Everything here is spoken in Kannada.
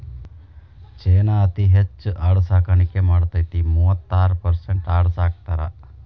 ಚೇನಾ ಅತೇ ಹೆಚ್ ಆಡು ಸಾಕಾಣಿಕೆ ಮಾಡತತಿ, ಮೂವತ್ತೈರ ಪರಸೆಂಟ್ ಆಡು ಸಾಕತಾರ